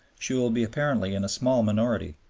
she will be apparently in a small minority.